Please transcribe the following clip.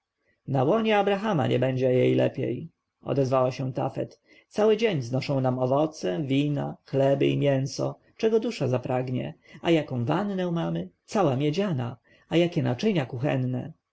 na łonie abrahama nie będzie jej lepiej odezwała się tafet cały dzień znoszą nam owoce wina chleby i mięso czego dusza zapragnie a jaką wannę marny cała miedziana a jakie naczynia kuchenne